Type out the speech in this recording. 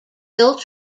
built